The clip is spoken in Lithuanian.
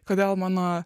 kodėl mano